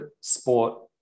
sport